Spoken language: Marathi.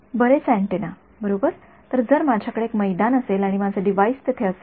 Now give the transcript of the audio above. बरेच अँटेना बरोबर तर जर माझ्याकडे हे मैदान असेल आणि माझे डिव्हाइस येथे असेल